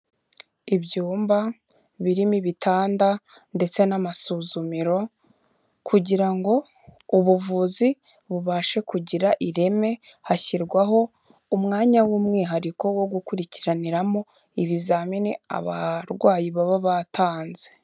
Ibyumba birimo ibitanda ndetse n'amasuzumiro, kugira ngo ubuvuzi bubashe kugira ireme hashyirwaho umwanya w'umwihariko wo gukurikiraniramo ibizamini abarwayi baba batanze.